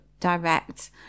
direct